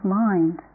mind